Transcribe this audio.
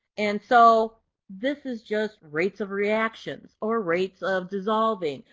and so this is just rates of reactions or rates of dissolving.